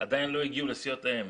עדיין לא הגיעו לסיעות האם,